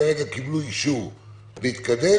שכרגע קיבלו אישור להתקדם,